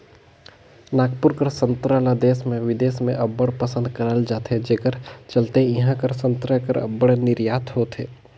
नागपुर कर संतरा ल देस में बिदेस में अब्बड़ पसंद करल जाथे जेकर चलते इहां कर संतरा कर अब्बड़ निरयात होथे